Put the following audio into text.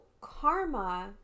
karma